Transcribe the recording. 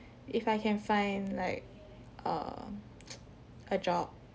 if I can find like err a job